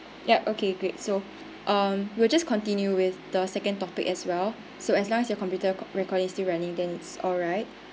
yup okay great so um we'll just continue with the second topic as well so as long as your computer recording still running then it's alright